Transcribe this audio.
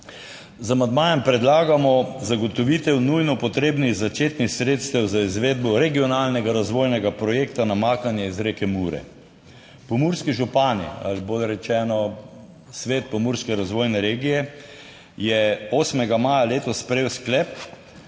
Z amandmajem predlagamo zagotovitev nujno potrebnih začetnih sredstev za izvedbo regionalnega razvojnega projekta Namakanje iz reke Mure. Pomurski župani ali bolje rečeno, svet Pomurske razvojne regije, je 8. maja letos sprejel sklep,